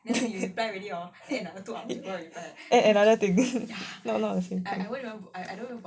add another twenty minutes